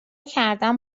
کردن